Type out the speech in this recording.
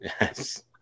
yes